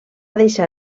deixar